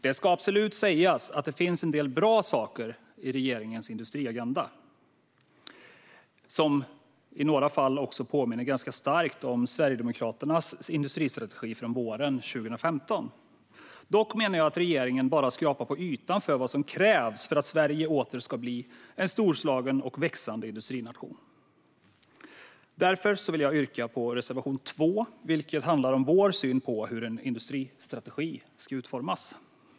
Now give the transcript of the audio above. Det ska absolut sägas att det finns en del som är bra i regeringens industriagenda, saker som i några fall påminner ganska starkt om Sverigedemokraternas industristrategi från våren 2015. Dock menar jag att regeringen bara skrapat på ytan när det gäller vad som krävs för att Sverige åter ska bli en storslagen och växande industrination. Därför vill jag yrka bifall till reservation nr 2, som handlar om vår syn på hur en industristrategi ska utformas.